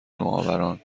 نوآوران